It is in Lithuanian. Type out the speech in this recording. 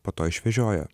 po to išvežiojo